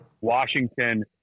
Washington